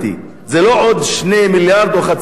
זה לא עוד 2 מיליארד או חצי מיליארד,